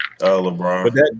LeBron